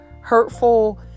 hurtful